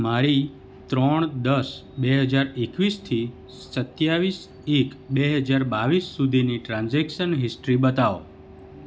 મારી ત્રણ દસ બે હજાર એકવીસથી સત્યાવીસ એક બે હજાર બાવીસ સુધીની ટ્રાન્ઝેક્શન હિસ્ટ્રી બતાવો